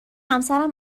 همسرم